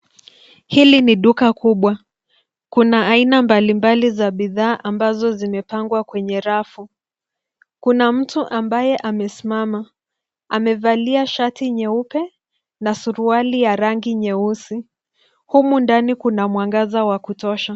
Hili ni duka kubwa. Kuna aina mbali mbali za bidhaa ambazo zimepangwa kwenye rafu. Kuna mtu ambaye amesimama. Amevalia shati nyeupe na suruali ya rangi nyeusi. Humu ndani kuna mwangaza wa kutosha.